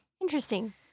Interesting